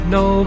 no